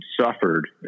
suffered